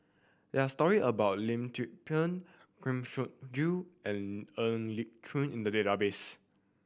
there are story about Lim Tze Peng Kang Siong Joo and Ng Li Chin in the database